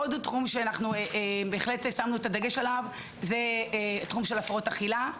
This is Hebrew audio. עוד תחום שבהחלט שמו עליו דגש הוא התחום של הפרעות אכילה.